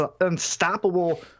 unstoppable